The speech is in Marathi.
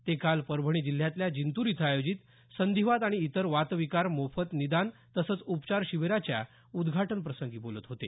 ते काल परभणी जिल्ह्यातल्या जिंतूर इथं आयोजित संधीवात आणि इतर वातविकार मोफत निदान तसंच उपचार शिबीराच्या उद्घाटन प्रसंगी बोलत होते